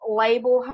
label